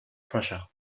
prussia